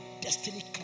destiny